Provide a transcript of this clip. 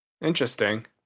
Interesting